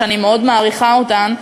שאני מאוד מעריכה אותן,